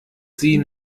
sie